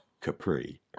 Capri